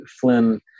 Flynn